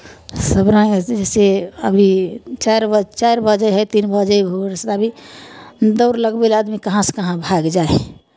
सभ रङ्ग जइसे अभी चारि ब चारि बजैत हइ तीन बजे भोरसँ अभी दौड़ लगबै लए आदमी कहाँसँ कहाँ भागि जाइ हइ